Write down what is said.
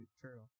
true